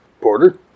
Porter